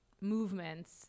movements